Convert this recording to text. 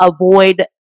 avoid